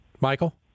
Michael